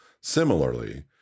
Similarly